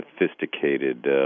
sophisticated